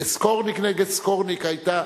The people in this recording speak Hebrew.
וסקורניק נגד סקורניק היתה,